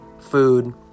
food